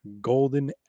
golden